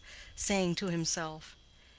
saying to himself,